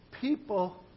people